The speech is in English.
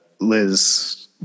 Liz